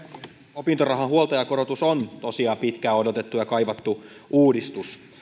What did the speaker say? opintorahan huoltajakorotus on tosiaan pitkään odotettu ja kaivattu uudistus